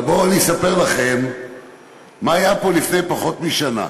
אבל בואו אני אספר לכם מה היה פה לפני פחות משנה.